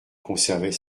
conservait